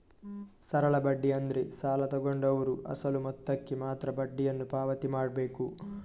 ಸರಳ ಬಡ್ಡಿ ಅಂದ್ರೆ ಸಾಲ ತಗೊಂಡವ್ರು ಅಸಲು ಮೊತ್ತಕ್ಕೆ ಮಾತ್ರ ಬಡ್ಡಿಯನ್ನು ಪಾವತಿ ಮಾಡ್ಬೇಕು